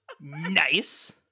Nice